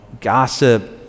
gossip